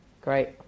Great